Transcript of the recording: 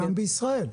גם בישראל.